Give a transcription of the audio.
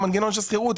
המנגנון של השכירות,